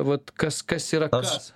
vat kas kas yra kas